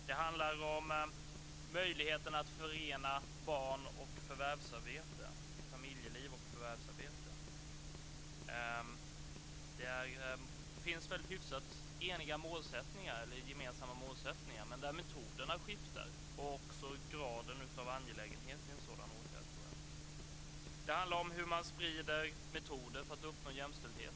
Det handlar om möjligheten att förena familjeliv och förvärvsarbete, där det finns hyfsat gemensamma målsättningar men där metoderna skiftar - och också graden av angelägenhet i sådana åtgärder, tror jag. Det handlar om hur man sprider metoder för att uppnå jämställdhet.